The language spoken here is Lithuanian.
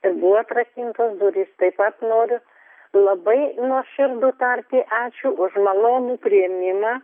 ir buvo atrakintos durys taip pat noriu labai nuoširdų tarti ačiū už malonų priėmimą